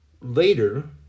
later